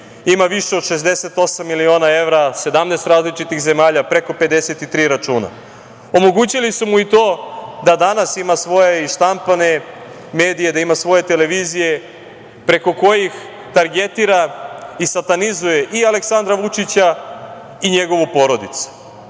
ima više od 68 miliona evra, 17 različitih zemalja preko 53 računa. Omogućili su mu i to da danas ima svoje i štampane medije, da ima svoje televizije preko kojih targetira i satanizuje i Aleksandra Vučića i njegovu porodicu,